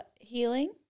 Healing